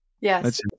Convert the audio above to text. Yes